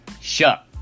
shut